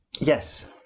yes